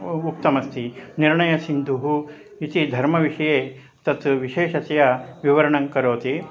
उ उक्तमस्ति निर्णयसिन्धुः इति धर्मविषये तत् विशेषस्य विवरणं करोति